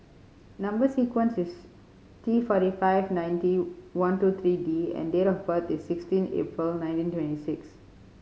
number sequence is T forty five ninety one two three D and date of birth is sixteen April nineteen twenty six